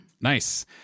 nice